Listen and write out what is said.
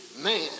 man